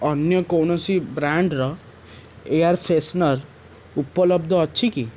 ଅନ୍ୟ କୌଣସି ବ୍ରାଣ୍ଡ୍ର ଏୟାର୍ ଫ୍ରେଶନର୍ ଉପଲବ୍ଧ ଅଛି କି